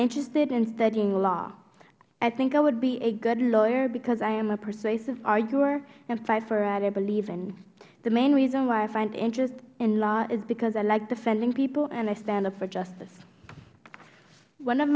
interested in studying law i think i would be a good lawyer because i am a persuasive arguer and fight for what i believe in the main reason why i find interest in law is because i like defending people and i stand up for justice one of